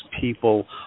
people